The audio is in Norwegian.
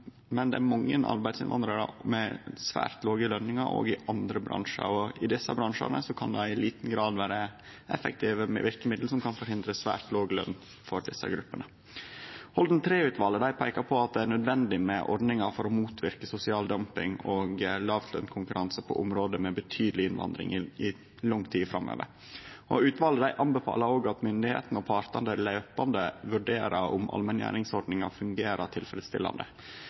men det er mange arbeidsinnvandrarar med svært låge løningar òg i andre bransjar. I desse bransjane kan det i liten grad vere effektive verkemiddel som kan forhindre svært låg løn for desse gruppene. Holden III-utvalet peikar på at det er nødvendig med ordningar for å motverke sosial dumping og låglønskonkurranse på område med betydeleg innvandring i lang tid framover. Utvalet anbefaler òg at myndigheitene og partane jamleg vurderer om allmenngjeringsordninga fungerer tilfredsstillande.